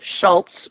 Schultz